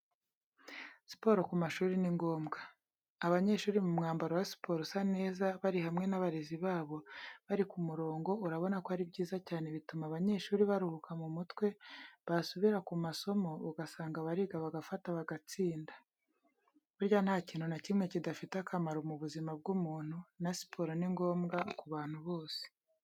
Siporo ku mashuri ni ngombwa, abanyeshuri mu mwambaro wa siporo usa neza bari hamwe n'abarezi babo bari ku murongo urabona ko ari byiza cyane bituma abanyeshuri baruhuka mu mutwe, basubira ku masomo ugasanga bariga bagafata bagatsinda. Burya ntakintu na kimwe kidafite akamaro mu buzima bw'umuntu na siporo ni ngombwa ku bantu bose.